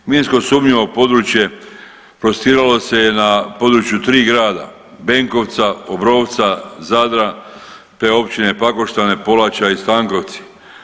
Minsko sumnjivo područje prostiralo se na području tri grada Benkovca, Obrovca, Zadra, te općine Pakoštane, Polača i Stankovci.